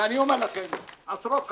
ואני אומר לכם, עשרות חקלאים.